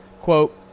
quote